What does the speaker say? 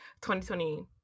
2020